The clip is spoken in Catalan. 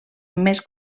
més